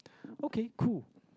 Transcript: okay cool